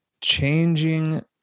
changing